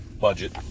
budget